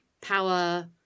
power